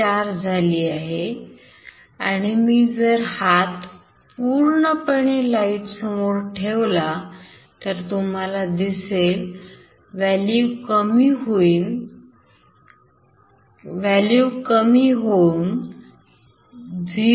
4 झाली आहे आणि जर मी हात पूर्णपणे लाईट समोर ठेवला तर तुम्हाला दिसेल व्हॅल्यू कमी होऊन 0